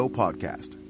podcast